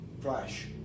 flash